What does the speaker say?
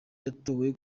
yatowe